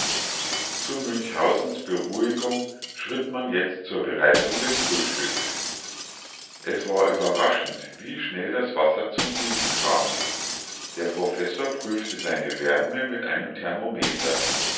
zu münchhausens beruhigung schritt man jetzt zur bereitung des frühstücks es war überraschend wie schnell das wasser zum sieden kam der professor prüfte seine wärme mit einem thermometer